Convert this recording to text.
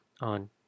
on